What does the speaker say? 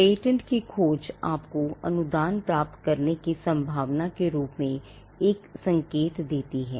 patent की खोज आपको अनुदान प्राप्त करने की संभावना के रूप में एक संकेत देती है